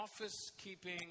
office-keeping